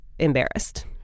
Embarrassed